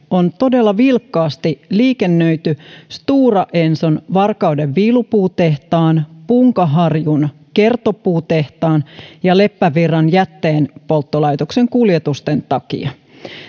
on todella vilkkaasti liikennöity stora enson varkauden viilupuutehtaan punkaharjun kertopuutehtaan ja leppävirran jätteenpolttolaitoksen kuljetusten takia